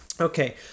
Okay